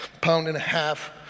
pound-and-a-half